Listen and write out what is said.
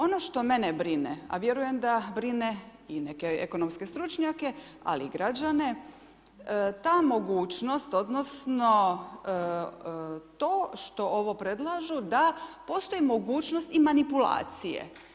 Ono što mene brine, a vjerujem da brine i neke ekonomske stručnjake, ali i građane, ta mogućnost odnosno to što ovo predlažu da postoji mogućnost i manipulacije.